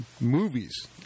movies